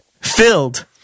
Filled